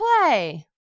play